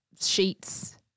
sheets